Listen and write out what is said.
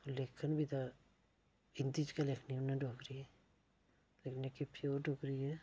लिखन बी तां हिंदी च गै लिखनी उ'नें डोगरी ते जेह्की जेह्की प्यूर डोगरी ऐ